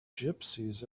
gypsies